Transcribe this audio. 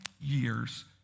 years